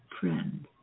friend